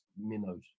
minnows